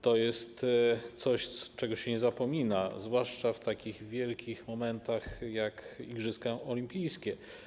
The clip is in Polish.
To jest coś, czego się nie zapomina, zwłaszcza tak wielkich momentów jak igrzyska olimpijskie.